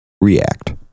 React